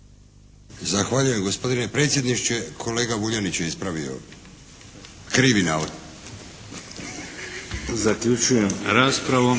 Zahvaljujem gospodine predsjedniče. Kolega Vuljanić je ispravio krivi navod. **Šeks,